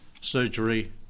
surgery